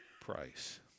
price